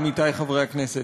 עמיתי חברי הכנסת,